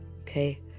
okay